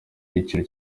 igiciro